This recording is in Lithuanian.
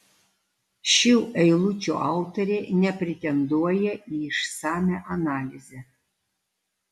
šių eilučių autorė nepretenduoja į išsamią analizę